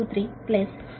0123 j0